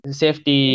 safety